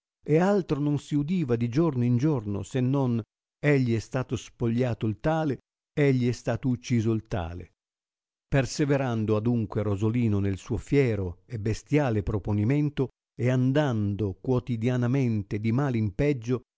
e altro non si udi a di giorno in giorno se non egli è stato spogliato il tale egli è stato ucciso il tale perseverando adunque rosolino nel suo fiero e bestiale proponimento e andando quotidianamente di mal in peggio